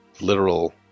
literal